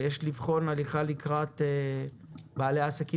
ויש לבחון הליכה לקראת בעלי עסקים.